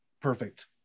perfect